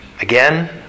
again